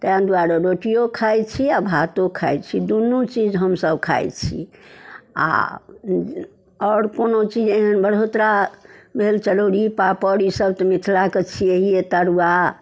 ताहि दुआरे रोटियो खाइ छी आओर भातो खाइ छी दुनू चीज हमसब खाइ छी आओर आओर कोनो चीज एहन बढ़ोतरा भेल चरौरी पापड़ ईसब तऽ मिथिलाके छिअए तरुआ